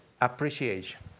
Appreciation